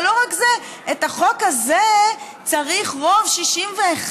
ולא רק זה, לחוק הזה צריך רוב של 61,